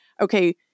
okay